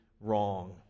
wrong